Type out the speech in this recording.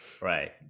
Right